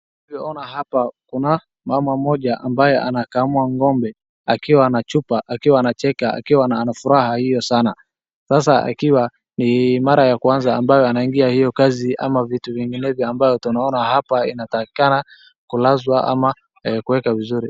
Tunavyo ona hapa kuna mama mmoja ambaye anakamua ng'ombe akiwa na chupa akiwa anacheka akiwa na furaha hiyo sana. Sasa akiwa ni mara ya kwanza ambayo anaingia hiyo kazi ama vitu vinginevyo tunaona hapa inatakikana kulazwa ama kuweka vizuri.